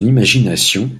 imagination